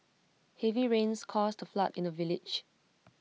heavy rains caused A flood in the village